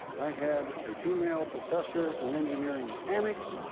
i had a female professor in engineering mechanics,